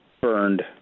burned